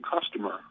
customer